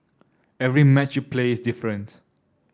every match you play is different